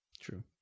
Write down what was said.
True